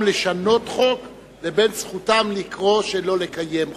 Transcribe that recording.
לשנות חוק לבין זכותם לקרוא שלא לקיים חוק.